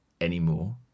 anymore